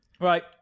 right